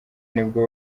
nibwo